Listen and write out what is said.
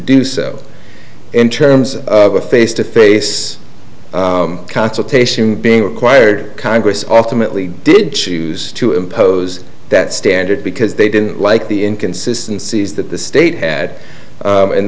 do so in terms of a face to face consultation being required congress alternately did choose to impose that standard because they didn't like the inconsistency is that the state had